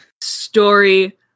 story